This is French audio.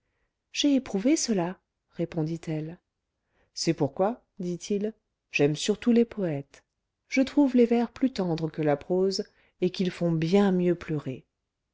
j'ai éprouvé cela répondit-elle c'est pourquoi dit-il j'aime surtout les poètes je trouve les vers plus tendres que la prose et qu'ils font bien mieux pleurer